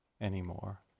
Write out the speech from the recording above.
anymore